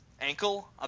ankle